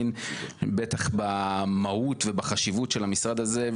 בטח במהות ובחשיבות של המשרד הזה.